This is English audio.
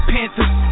Panthers